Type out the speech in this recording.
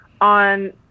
on